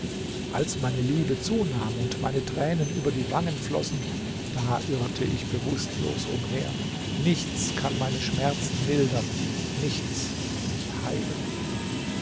als meine liebe zunahm und meine tränen über die wangen flossen da irrte ich bewußtlos umher nichts kann meine schmerzen mildern nichts mich heilen